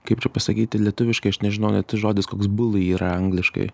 kaip čia pasakyti lietuviškai aš nežinau net žodis koks buly yra angliškai